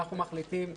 אנחנו מחליטים,